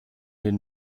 den